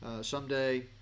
Someday